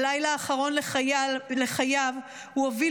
בלילה האחרון לחייו הוא הוביל